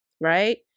right